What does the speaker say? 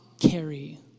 carry